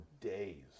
days